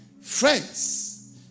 Friends